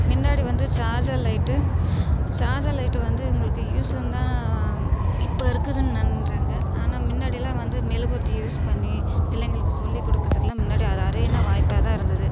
முன்னாடி வந்து charger light charger light வந்து உங்களுக்கு யூசுன்னு தான் இப்போ இருக்குதுன்றாங்க ஆனால் முன்னாடிலாம் வந்து மெழுகுவர்த்தி யூஸ் பண்ணி பிள்ளைங்களுக்கு சொல்லிக் கொடுக்குறதுக்குலாம் முன்னாடி அது அரியான வாய்ப்பாக தான் இருந்தது